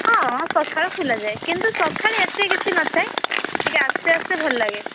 ହଁ ସକାଳୁ ଖୋଲା ଯାଏ କିନ୍ତୁ ସକାଳେ ଏତେ କିଛି ନଥାଏ ଟିକେ ଆସ୍ତେ ଆସ୍ତେ ଭଲ ଲାଗେ